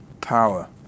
power